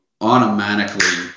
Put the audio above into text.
automatically